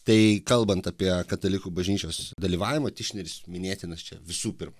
tai kalbant apie katalikų bažnyčios dalyvavimą tišneris minėtinas čia visų pirma